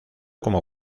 como